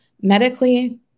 medically